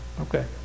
okay